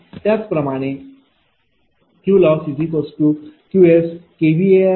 त्याचप्रमाणे QLossQskVAr TQL आहे